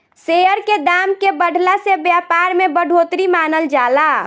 share के दाम के बढ़ला से व्यापार में बढ़ोतरी मानल जाला